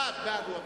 "בעד" הוא אמר.